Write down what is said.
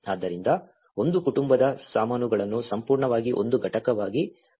ಆದ್ದರಿಂದ ಒಂದು ಕುಟುಂಬದ ಸಾಮಾನುಗಳನ್ನು ಸಂಪೂರ್ಣವಾಗಿ ಒಂದು ಘಟಕವಾಗಿ ಪರಿಗಣಿಸಲಾಗುತ್ತದೆ